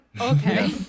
Okay